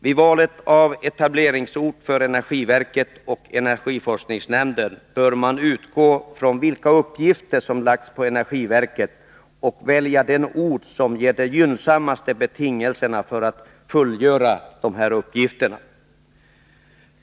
Vid valet av etableringsort för energiverket och energiforskningsnämnden bör man utgå från vilka uppgifter som lagts på energiverket och välja den ort som ger verket de gynnsammaste betingelserna för att fullgöra de uppgifterna.